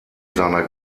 seiner